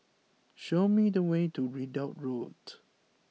show me the way to Ridout Road